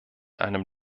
einem